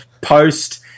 post